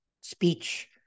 speech